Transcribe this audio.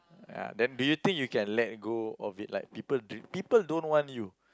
ah then do you think you can let go of it like people d~ people don't want you